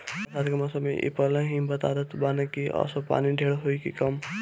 बरसात के मौसम में इ पहिले ही बता देत बाने की असो पानी ढेर होई की कम